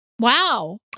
Wow